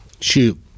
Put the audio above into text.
Shoot